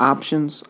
Options